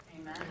Amen